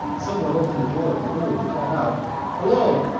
someone opened the door of the room and called out hello!